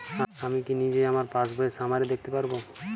আমি কি নিজেই আমার পাসবইয়ের সামারি দেখতে পারব?